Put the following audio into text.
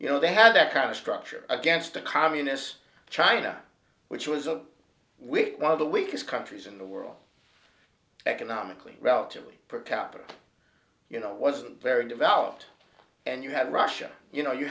you know they had that kind of structure against the communist china which was a weak one of the weakest countries in the world economically relatively per capita you know wasn't very developed and you had russia you